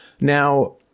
Now